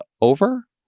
over